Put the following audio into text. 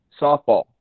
Softball